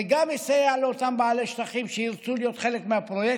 זה גם יסייע לאותם בעלי שטחים שירצו להיות חלק מהפרויקט,